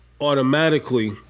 automatically